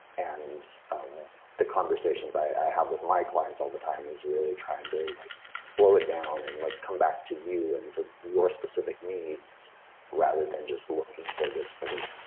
and the conversations i have with my clients all the time is really trying to like slow it down and let's come back to you and to your specific needs rather than just looking for this sort of